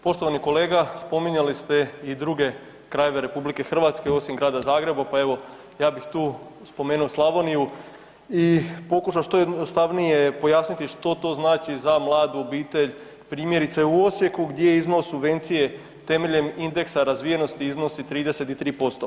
Poštovani kolega, spominjali ste i druge krajeve RH osim grada Zagreba, pa evo, ja bih tu spomenuo Slavoniju i pokušao što jednostavnije pojasniti što to znači za mladu obitelj, primjerice, u Osijeku gdje iznos subvencije temeljem indeksa razvijenosti iznosi 33%